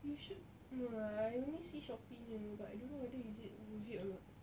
you should no lah I only see Shopee only ah but I don't know whether is it worth it or not